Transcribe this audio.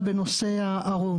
בבית הספר מצד הצוות.